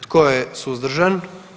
Tko je suzdržan?